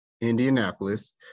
Indianapolis